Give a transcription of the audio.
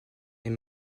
est